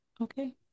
Okay